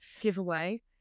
giveaway